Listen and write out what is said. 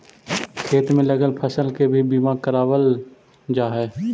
खेत में लगल फसल के भी बीमा करावाल जा हई